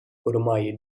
ormai